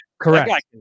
Correct